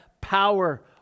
power